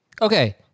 Okay